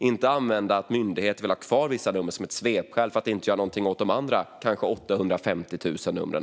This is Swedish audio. Vi kan inte använda det faktum att myndigheterna vill ha kvar vissa nummer som ett svepskäl för att inte göra något åt de andra kanske 850 000 numren.